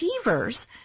achievers